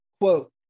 quote